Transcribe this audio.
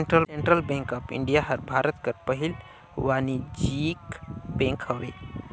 central bank of India हर भारत कर पहिल वानिज्यिक बेंक हवे